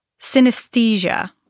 Synesthesia